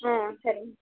ಊಂ ಸರಿ